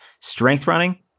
strengthrunning